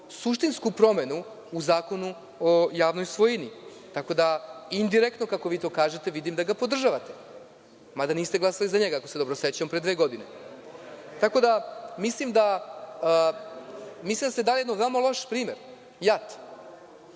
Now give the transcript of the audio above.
suštinsku promenu u Zakonu o javnoj svojini, tako da indirektno, kako vi to kažete, vidim da ga podržavate, mada niste glasali za njega, ako se dobro sećam, pre dve godine. Mislim da ste dali jedan veoma loš primer – JAT.